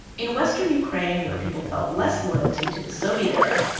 in western ukraine, where people felt less loyalty to the soviet era,